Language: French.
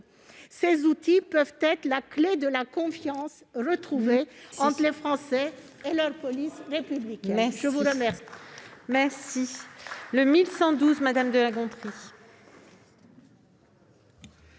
Ces outils peuvent être la clé de la confiance retrouvée entre les Français et leur police républicaine. L'amendement